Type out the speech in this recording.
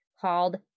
called